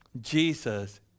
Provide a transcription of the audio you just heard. Jesus